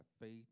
faith